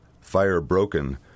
fire-broken